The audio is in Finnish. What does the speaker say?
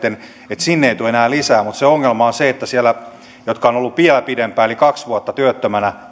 tule enää lisää mutta ongelma on se että niiden määrä jotka ovat olleet vielä pidempään eli kaksi vuotta työttömänä